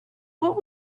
what